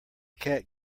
cat